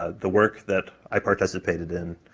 ah the work that i participated in